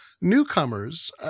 newcomers –